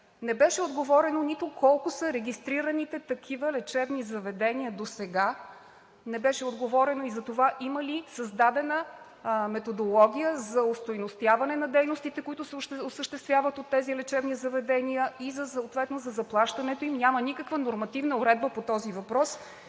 Не беше отговорено нито колко са регистрираните такива лечебни заведения досега, не беше отговорено и за това има ли създадена методология за остойностяване на дейностите, които се осъществяват от тези лечебни заведения и съответно за заплащането им, няма никаква нормативна уредба по този въпрос.